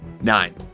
Nine